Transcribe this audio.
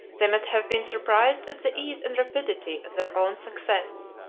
they must have been surprised at the ease and rapidity of their own success.